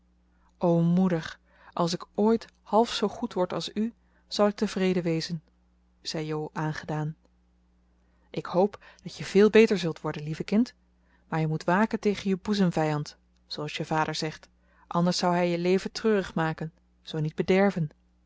o moeder als ik ooit half zoo goed word als u zal ik tevreden wezen zei jo aangedaan ik hoop dat je veel beter zult worden lieve kind maar je moet waken tegen je boezemvijand zooals je vader zegt anders zou hij je leven treurig maken zoo niet bederven